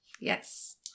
Yes